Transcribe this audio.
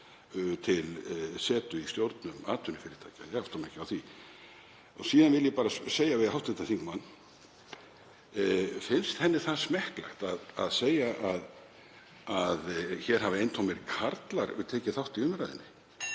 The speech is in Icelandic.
til setu í stjórnum atvinnufyrirtækja? Ég átta mig ekki á því. Síðan vil ég bara segja við hv. þingmann: Finnst henni smekklegt að segja að hér hafi eintómir karlar tekið þátt í umræðunni?